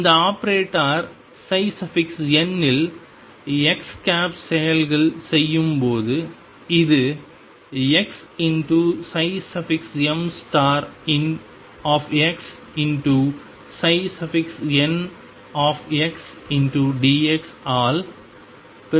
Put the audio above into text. இந்த operator n இல் x செயல்கள் செய்யும் போது இது xmxndx ஆல் பெருக்கப்படுகிறது